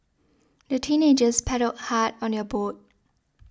the teenagers paddled hard on their boat